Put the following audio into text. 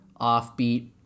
offbeat